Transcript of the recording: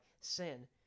sin